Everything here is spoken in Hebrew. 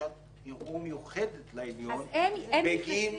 בקשת ערעור מיוחדת לעליון בגין